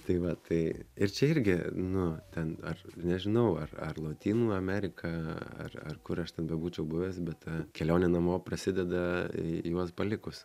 tai va tai ir čia irgi nu ten ar nežinau ar ar lotynų amerika ar ar kur aš ten bebūčiau buvęs bet ta kelionė namo prasideda juos palikus